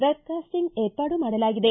webcasting ಏರ್ಪಾಡು ಮಾಡಲಾಗಿದೆ